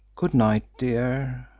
good night, dear!